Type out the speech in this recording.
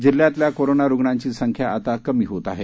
जिल्ह्यातल्या करोना रुग्णांची संख्या आता कमी होत आहे